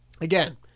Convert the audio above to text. again